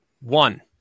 One